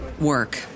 work